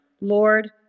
Lord